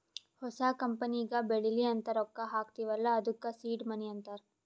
ಹೊಸ ಕಂಪನಿಗ ಬೆಳಿಲಿ ಅಂತ್ ರೊಕ್ಕಾ ಹಾಕ್ತೀವ್ ಅಲ್ಲಾ ಅದ್ದುಕ ಸೀಡ್ ಮನಿ ಅಂತಾರ